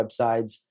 websites